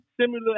similar